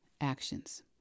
actions